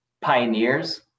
pioneers